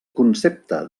concepte